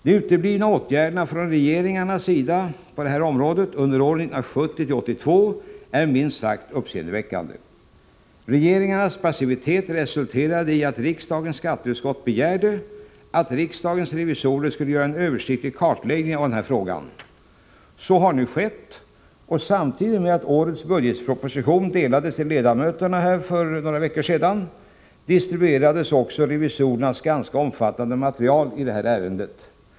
De uteblivna åtgärderna på detta område från regeringarnas sida under åren 1970-1982 är minst sagt uppseendeväckande. Regeringarnas passivitet resulterade i att riksdagens skatteutskott begärde att riksdagens revisorer skulle göra en översiktlig kartläggning av denna fråga. Så har nu skett, och samtidigt med att årets budgetproposition för några veckor sedan delgavs ledamöterna distribuerades också revisorernas ganska omfattande material i detta ärende.